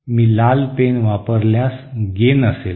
मी लाल पेन वापरल्यास गेन असेल